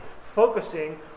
focusing